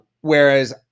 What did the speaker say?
whereas